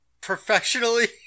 professionally